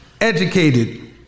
educated